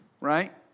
Right